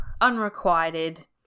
unrequited